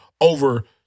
over